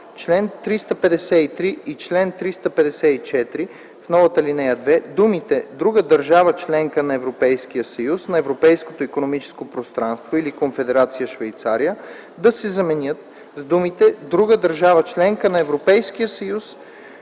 чл. 353 и чл. 354, в новата ал. 2 думите „друга държава – членка на Европейския съюз, на Европейското икономическо пространство или Конфедерация Швейцария” да се заменят с думите „друга държава – членка на Европейския съюз,